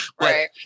right